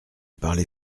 parlez